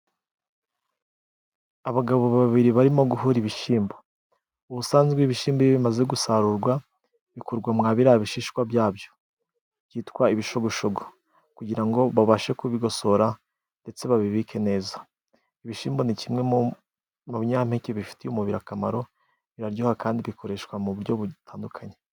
Abagabo babiri barimo guhura ibishimbo. Ubusanzwe ibishimbo iyo bimaze gusarurwa. bikurwa mwa biriya bishishwa byabyo, byitwa ibishogoshogo kugira ngo babashe kubigosora ndetse babibike neza. Ibishimbo ni kimwe mu binyampeke bifitiye umubiri akamaro, biraryoha kandi bikoreshwa mu buryo butandukanye.